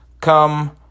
come